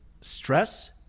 stress